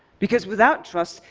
because without trust,